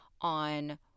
on